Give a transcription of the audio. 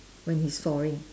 when he's sawing